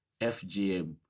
FGM